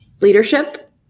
leadership